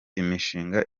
imishinga